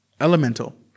Elemental